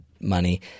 money